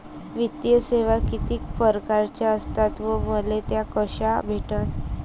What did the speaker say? वित्तीय सेवा कितीक परकारच्या असतात व मले त्या कशा भेटन?